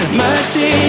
mercy